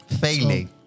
failing